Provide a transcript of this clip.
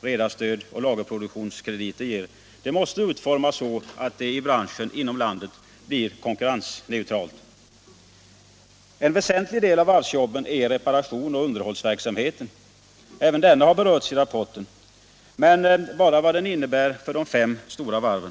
redarstöd och lagerproduktionskrediter ger måste få en konkurrensneutral utformning. En väsentlig del av varvsjobben är reparations och underhållsverksamheten. Även denna har berörts i rapporten, men bara i vad avser de fem stora varven.